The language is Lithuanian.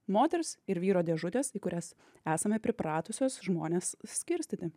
moters ir vyro dėžutės į kurias esame pripratusios žmones skirstyti